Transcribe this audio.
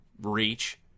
reach